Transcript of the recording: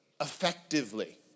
effectively